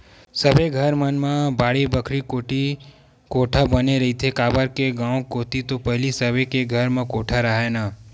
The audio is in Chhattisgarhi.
सबे घर मन म बाड़ी बखरी कोती कोठा बने रहिथे, काबर के गाँव कोती तो पहिली सबे के घर म कोठा राहय ना